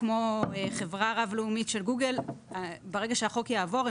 כמו חברה רב-לאומית של גוגל ברגע שהחוק יעבור,